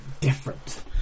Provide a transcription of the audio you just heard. different